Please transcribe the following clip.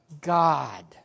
God